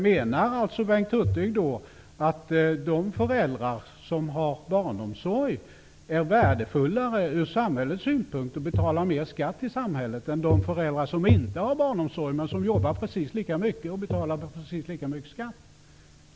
Menar Bengt Hurtig att de föräldrar som har barnomsorg är värdefullare ur samhällets synpunkt och betalar mer skatt till samhället än de föräldrar som inte har barnomsorg, men som jobbar precis lika mycket och betalar precis lika mycket skatt?